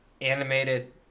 animated